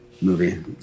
movie